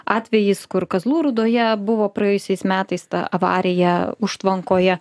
atvejis kur kazlų rūdoje buvo praėjusiais metais ta avarija užtvankoje